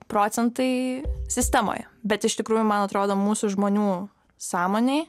procentai sistemoje bet iš tikrųjų man atrodo mūsų žmonių sąmonėj